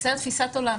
תפיסת עולם.